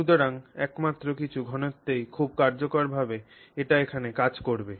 সুতরাং একমাত্র কিছু ঘনত্বেই খুব কার্যকরভাবে এটি এখানে কাজ করবে